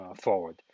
forward